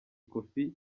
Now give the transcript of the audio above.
ikofi